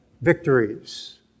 victories